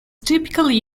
typically